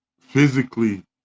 physically